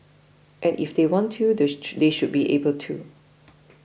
and if they want to they they should be able to